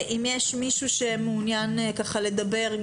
אם יש מישהו שמעוניין לדבר,